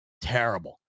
terrible